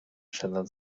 sheldon